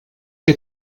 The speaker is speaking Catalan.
que